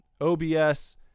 OBS